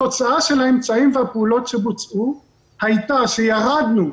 התוצאה של האמצעים והפעולות שבוצעו הייתה שירדנו,